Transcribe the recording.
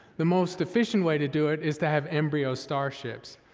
the most efficient way to do it is to have embryo starships,